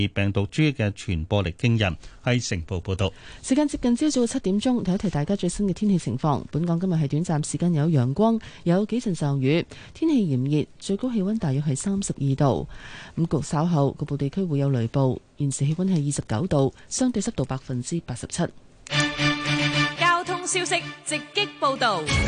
病毒株嘅传播力惊人。系城报报道。时间接近朝早嘅7点钟，提一提大家最新嘅天气情况。本港今日系短暂时间有阳光，有几阵骤雨，天气炎热，最高气温大约系32度。咁局- 稍后，局部地区会有雷暴。现时气温系29度，相对湿度87%。交通消息直击报道。